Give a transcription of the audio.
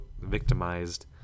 victimized